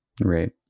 Right